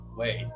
wait